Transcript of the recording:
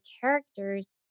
characters